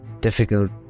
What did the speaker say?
difficult